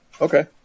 Okay